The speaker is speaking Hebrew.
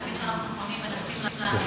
תמיד כשאנחנו פונים, מנסים לעזור.